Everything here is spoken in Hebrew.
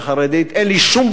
אין לי שום בעיה אתה,